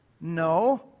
no